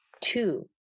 two